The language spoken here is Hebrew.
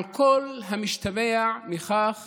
על כל המשתמע מכך